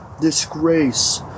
disgrace